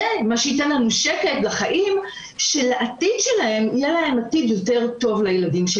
זה מה שייתן לנו שקט לחיים ושיהיה לילדים שלנו עתיד יותר טוב.